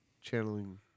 channeling